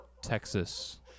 Texas